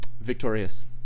Victorious